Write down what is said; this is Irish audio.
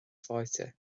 fáilte